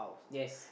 yes